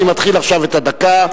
אני מתחיל עכשיו את הדקה.